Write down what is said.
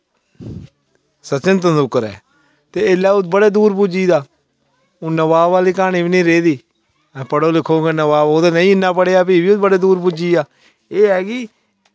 सचिन तेंदुलकर ऐ ते ऐल्लै ओह् बड़ी दूर पुज्जे दा हून नबाव आह्ली क्हानी बी निं रेही दी ऐहें पढ़ोगे लिखेगे नबाव पर ओह् ते नेईं इन्ना पढ़ेआ भी बी बड़े दूर पुज्जी गेआ एह् ऐ की